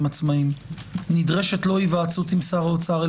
עצמאיים נדרשת לא היוועצות עם שר האוצר,